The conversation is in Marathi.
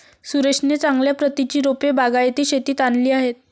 सुरेशने चांगल्या प्रतीची रोपे बागायती शेतीत आणली आहेत